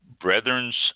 Brethren's